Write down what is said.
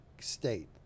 state